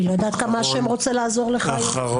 אני לא יודעת כמה השם רוצה לעזור לך היום.